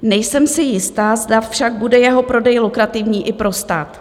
Nejsem si jista, zda však bude jeho prodej lukrativní i pro stát.